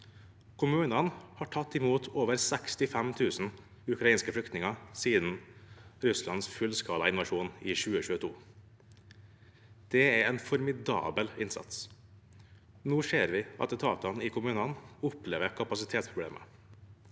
Kommunene har tatt imot over 65 000 ukrainske flyktninger siden Russlands fullskala invasjon i 2022. Det er en formidabel innsats. Nå ser vi at etatene i kommunene opplever kapasitetsproblemer.